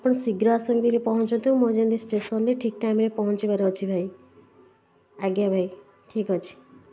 ଆପଣ ଶୀଘ୍ର ଆସିକି ପହଞ୍ଚନ୍ତୁ ମୋର ଯେମିତି ଷ୍ଟେସନରେ ଠିକ୍ ଟାଇମରେ ପହଞ୍ଚିବାର ଅଛି ଭାଇ ଆଜ୍ଞା ଭାଇ ଠିକ୍ ଅଛି